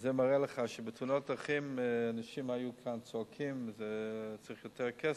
וזה מראה לך שבתאונות דרכים אנשים היו כאן צועקים שצריך יותר כסף,